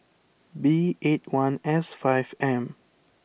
B eight one S five M